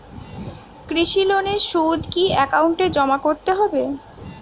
কৃষি লোনের সুদ কি একাউন্টে জমা করতে হবে?